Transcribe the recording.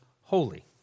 holy